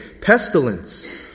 pestilence